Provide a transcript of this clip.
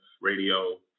radio